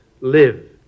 Live